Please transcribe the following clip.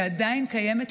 שעדיין קיימות,